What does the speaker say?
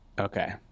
Okay